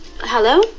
Hello